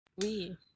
Oui